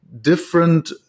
different